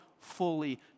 fully